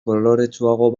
koloretsuago